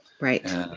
Right